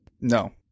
No